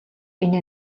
энэ